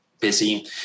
Busy